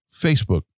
Facebook